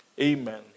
Amen